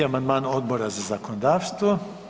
6. amandman Odbora za zakonodavstvo.